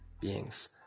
beings